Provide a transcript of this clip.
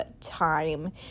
time